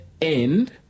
end